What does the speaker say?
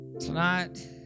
Tonight